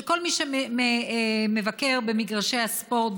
וכל מי שמבקר במגרשי הספורט,